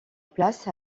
place